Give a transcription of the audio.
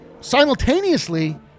Simultaneously